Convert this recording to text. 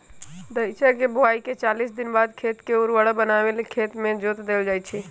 धइचा के बोआइके चालीस दिनबाद खेत के उर्वर बनावे लेल खेत में जोत देल जइछइ